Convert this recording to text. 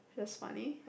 feels funny